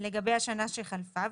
לגבי השנה שחלפה,